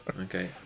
Okay